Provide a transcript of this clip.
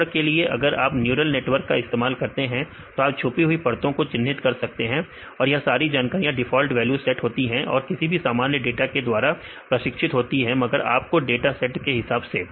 उदाहरण के लिए अगर आप न्यूरल नेटवर्क का इस्तेमाल करते हैं तो आप छुपी हुई परतो को चिन्हित कर सकते हैं यह सारी जानकारियां डिफॉल्ट वैल्यू सेट होती हैं और किसी सामान्य डेटा के द्वारा प्रशिक्षित होती हैं मगर आपके डाटा सेट के हिसाब से